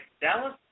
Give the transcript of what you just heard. Dallas